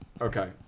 Okay